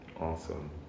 Awesome